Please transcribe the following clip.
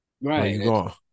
Right